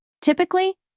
typically